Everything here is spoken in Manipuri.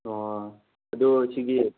ꯑꯣ ꯑꯗꯣ ꯁꯤꯒꯤ